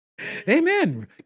Amen